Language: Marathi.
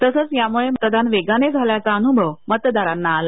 तसंच यामुळे मतदान वेगाने झाल्याचा अनुभव मतदारांना आला